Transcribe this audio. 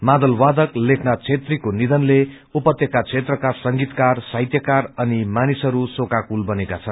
मादलवादक लेखनाथ छेत्रीको निधनले उपत्यका क्षेत्रका संगीतकार साहित्यकार अनि मानिसहरू शोकाकूल बनेका छन्